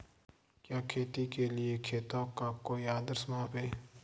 क्या खेती के लिए खेतों का कोई आदर्श माप है?